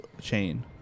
chain